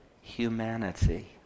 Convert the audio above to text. humanity